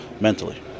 mentally